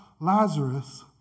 Lazarus